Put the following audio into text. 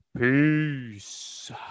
Peace